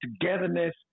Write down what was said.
togetherness